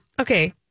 Okay